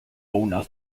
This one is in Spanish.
unas